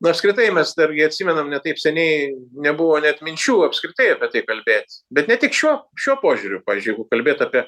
na apskritai mes dargi atsimenam ne taip seniai nebuvo net minčių apskritai apie tai kalbėt bet ne tik šiuo šiuo požiūriu pavyzdžiui jeigu kalbėti apie